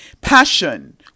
passion